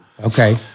Okay